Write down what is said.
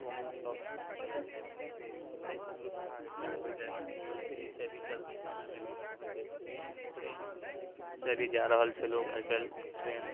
Sumo सब चले छै एहिसँ सुविधा होइ छै आबै जाइमे आओर फ्रीसँ भी जल्दी समयमे भी पहुँचि जाइ छै ट्रेनसँ भी जा रहल छै लोक आइ काल्हि ट्रेन